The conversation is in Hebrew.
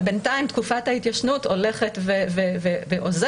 ובינתיים תקופת ההתיישנות הולכת ואוזלת.